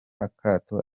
akato